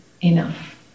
enough